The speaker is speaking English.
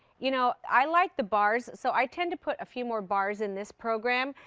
you know, i like the bars. so i tend to put a few more bars in this program.